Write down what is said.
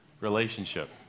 Relationship